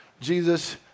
Jesus